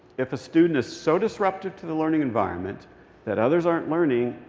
if a student is so disruptive to the learning environment that others aren't learning,